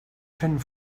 fent